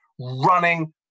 running